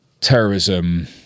terrorism